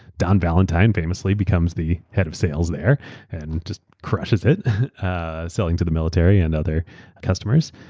don valentine famously becomes the head of sales there and just crushes it ah selling to the military and other customers,